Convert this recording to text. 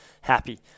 happy